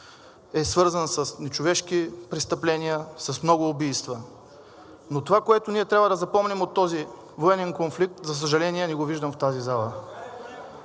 е свързан с нечовешки престъпления, с много убийства. Но това, което ние трябва да запомним от този военен конфликт, за съжаление, не го виждам в тази зала.